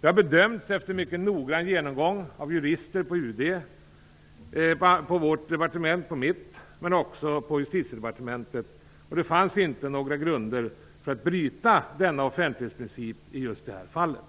Detta har bedömts efter mycket noggrann genomgång av jurister på UD och på mitt departement, men också på Justitiedepartementet, och det fanns inte några grunder för att bryta denna offentlighetsprincip i just det här fallet.